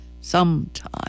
sometime